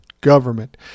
government